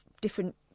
different